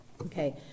Okay